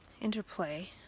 interplay